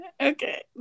okay